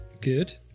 Good